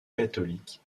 catholique